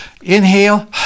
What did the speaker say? inhale